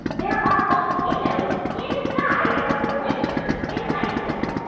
there are volcanoes inside of glaciers in iceland?